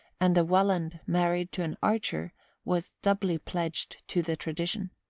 and a welland married to an archer was doubly pledged to the tradition.